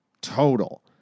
total